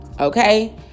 Okay